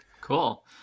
cool